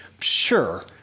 Sure